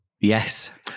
Yes